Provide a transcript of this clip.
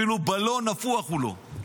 אפילו בלון נפוח הוא לא.